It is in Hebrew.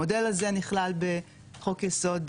המודל הזה נכלל בחוק יסוד,